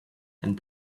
and